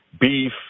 beef